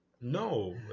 No